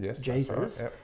Jesus